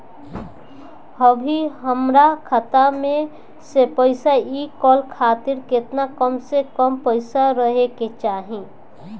अभीहमरा खाता मे से पैसा इ कॉल खातिर केतना कम से कम पैसा रहे के चाही?